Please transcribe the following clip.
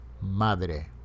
Madre